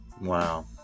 wow